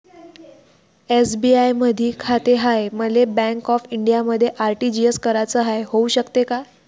SBI मधी खाते हाय, मले बँक ऑफ इंडियामध्ये आर.टी.जी.एस कराच हाय, होऊ शकते का?